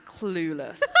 clueless